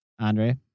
Andre